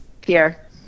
Pierre